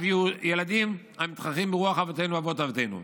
ילדים המתחנכים ברוח אבותינו ואבות אבותינו.